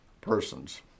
persons